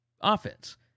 offense